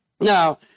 Now